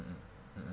mm mm mm mm